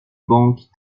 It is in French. manque